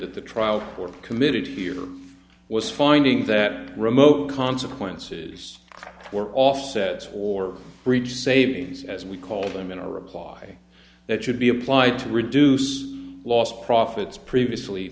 at the trial for committed here was finding that remote consequences were offset or breach savings as we call them in a reply that should be applied to reduce lost profits previously